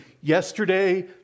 yesterday